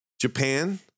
Japan